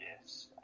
Yes